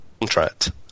contract